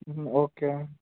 okay